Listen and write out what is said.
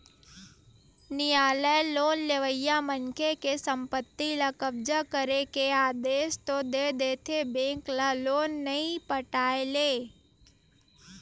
नियालय लोन लेवइया मनखे के संपत्ति ल कब्जा करे के आदेस तो दे देथे बेंक ल लोन नइ पटाय ले